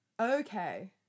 Okay